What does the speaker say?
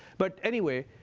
but anyway,